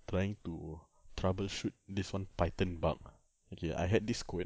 trying to troubleshoot this one python bug okay I had this code